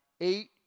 eight